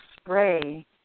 spray